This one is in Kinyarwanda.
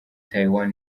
taiwan